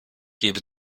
gebe